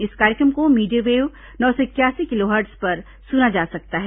इस कार्यक्रम को मीडियम वेव नौ सौ इकयासी किलोहर्ट्ज पर सुना जा सकता है